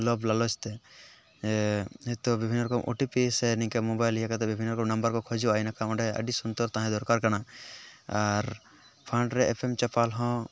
ᱞᱚᱵᱷ ᱞᱟᱞᱚᱪᱛᱮ ᱦᱳᱭᱛᱚ ᱵᱤᱵᱷᱤᱱᱱᱚ ᱨᱚᱠᱚᱢ ᱳ ᱴᱤ ᱯᱤ ᱥᱮ ᱱᱤᱝᱠᱟᱹ ᱢᱳᱵᱟᱭᱤᱞ ᱤᱭᱟᱹᱠᱟᱛᱮ ᱵᱤᱵᱷᱤᱱᱱᱚ ᱨᱚᱠᱚᱢ ᱱᱟᱢᱵᱟᱨᱠᱚ ᱠᱷᱚᱡᱚᱜᱼᱟ ᱤᱱᱟᱹᱠᱷᱟᱱ ᱚᱸᱰᱮ ᱟᱹᱰᱤ ᱥᱚᱱᱛᱚᱨ ᱛᱟᱦᱮᱸ ᱫᱚᱨᱠᱟᱨ ᱠᱟᱱᱟ ᱟᱨ ᱯᱷᱟᱱᱰᱨᱮ ᱮᱯᱮᱢ ᱪᱟᱯᱟᱞ ᱦᱚᱸ